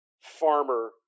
farmer